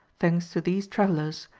thanks to these travellers,